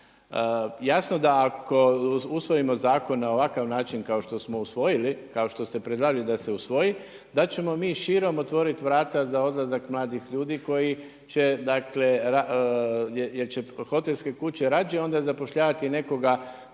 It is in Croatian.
Jasno da ako usvojimo zakone na ovakav način kao što smo usvojili, kao što ste predlagali da se usvoji, da ćemo mi širom otvoriti vrata za odlazak mladih ljudi jer će hotelske kuće rađe onda zapošljavati nekoga